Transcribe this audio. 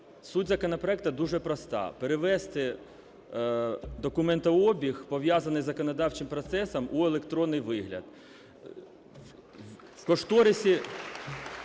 Суть законопроекту дуже проста – перевести документообіг, пов'язаний з законодавчим процесом, у електронний вигляд.